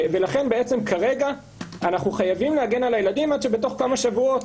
לכן כרגע אנחנו חייבים להגן על הילדים עד שבעוד כמה שבועות,